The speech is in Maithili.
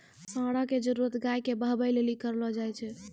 साँड़ा के जरुरत गाय के बहबै लेली करलो जाय छै